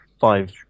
five